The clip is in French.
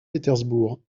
pétersbourg